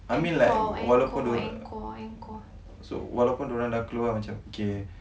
I mean like walaupun so walaupun diorang dah keluar macam K